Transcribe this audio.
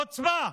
חוצפה.